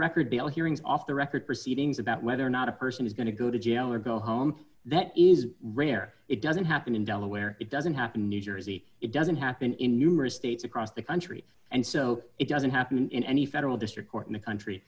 record bail hearings off the record proceedings about whether or not a person is going to go to jail or go home that is rare it doesn't happen in delaware it doesn't happen in new jersey it doesn't happen in numerous states across the country and so it doesn't happen in any federal district court in a country